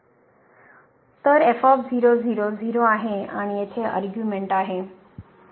तर f 0 0 0 आहे आणि येथे अर्ग्युमेंट आहे